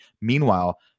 Meanwhile